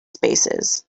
spaces